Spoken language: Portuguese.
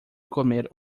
comer